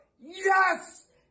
Yes